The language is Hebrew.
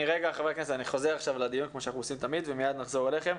אני חוזר עכשיו לדיון ומיד נחזור אליכם.